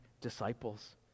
disciples